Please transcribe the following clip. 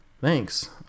thanks